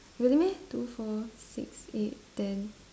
really meh two four six eight ten